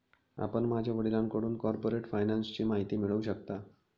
आपण माझ्या वडिलांकडून कॉर्पोरेट फायनान्सची माहिती मिळवू शकता